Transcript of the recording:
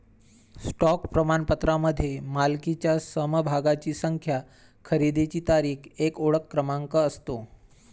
stock प्रमाणपत्रामध्ये मालकीच्या समभागांची संख्या, खरेदीची तारीख, एक ओळख क्रमांक असतो